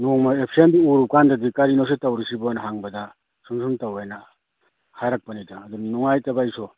ꯅꯣꯡꯃ ꯑꯦꯕꯁꯦꯟꯗꯨ ꯎꯔꯨ ꯀꯥꯟꯗꯗꯤ ꯀꯔꯤꯅꯣ ꯁꯤ ꯇꯧꯔꯤꯁꯤꯕꯣꯅ ꯍꯪꯕꯗ ꯁꯨꯝ ꯁꯨꯝ ꯇꯧꯋꯦꯅ ꯍꯥꯏꯔꯛꯄꯅꯤꯗ ꯑꯗꯨꯅ ꯅꯨꯡꯉꯥꯏꯇꯕ ꯑꯩꯁꯨ